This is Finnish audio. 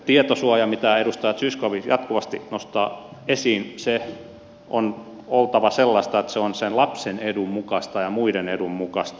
tietosuojan mitä edustaja zyskowicz jatkuvasti nostaa esiin on oltava sellaista että se on sen lapsen edun mukaista ja muiden edun mukaista